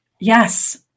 Yes